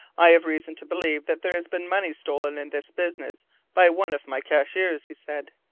i have reason to believe that there has been money stolen in this business by one of my cashiers, he said.